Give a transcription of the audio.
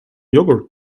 yogurt